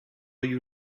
you